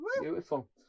Beautiful